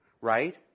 right